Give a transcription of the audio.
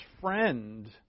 friend